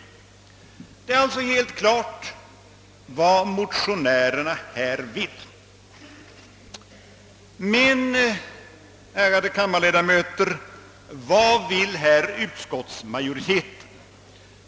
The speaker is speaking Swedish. Det är helt enkelt vad motionärerna här vill. Men, ärade kammarledamöter, vad vill utskottsmajoriteten?